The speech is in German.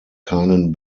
keinen